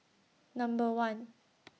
Number one